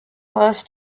was